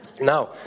Now